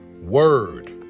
word